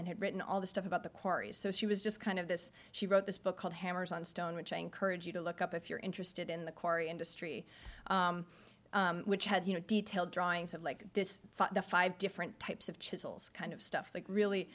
and had written all the stuff about the corys so she was just kind of this she wrote this book called hammers on stone which i encourage you to look up if you're interested in the quarry industry which had you know detailed drawings of like this five different types of chisels kind of stuff that really